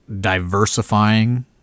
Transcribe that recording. diversifying